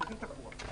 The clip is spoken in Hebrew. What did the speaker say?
צריכים תחבורה,